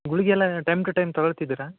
ಗುಳ್ಗಿಯೆಲ್ಲ time to time ತಗೋಳ್ತಿದ್ದಿರಾ